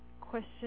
question